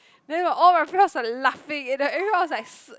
then we all my friends are laughing and then everyone was like s~